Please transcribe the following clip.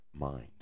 mind